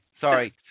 Sorry